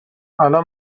الان